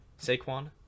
saquon